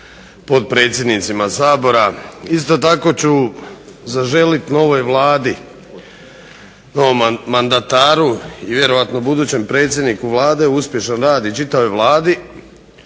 potpredsjednicima Sabora, isto tako ću zaželiti novoj Vladi, novom mandataru i vjerojatno novom predsjedniku Vlade uspješan rad i čitavoj Vladi